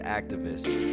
activists